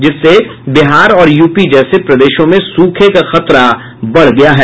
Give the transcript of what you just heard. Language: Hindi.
जिससे बिहार और यूपी जैसे प्रदेशों में सूखे का खतरा बढ़ गया है